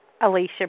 Alicia